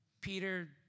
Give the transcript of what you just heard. Peter